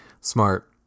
Smart